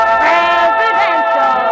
presidential